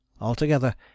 Altogether